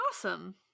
Awesome